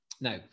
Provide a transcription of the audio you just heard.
Now